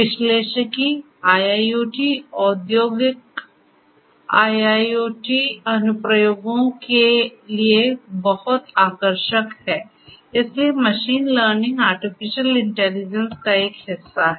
विश्लेषिकी IIoT औद्योगिक IoT अनुप्रयोगों के लिए बहुत आकर्षक है इसलिए मशीन लर्निंग आर्टिफिशियल इंटेलिजेंस का एक हिस्सा है